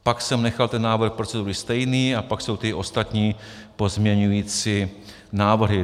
Pak jsem nechal ten návrh procedury stejný a pak jsou ty ostatní pozměňující návrhy.